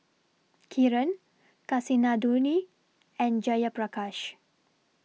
Kiran Kasinadhuni and Jayaprakash